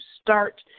start